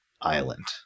island